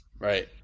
right